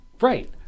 right